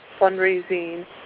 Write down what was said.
fundraising